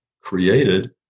created